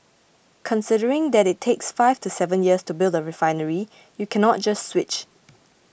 considering that it takes five to seven years to build a refinery you cannot just switch